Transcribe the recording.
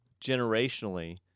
generationally